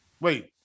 Wait